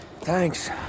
Thanks